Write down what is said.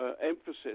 emphasis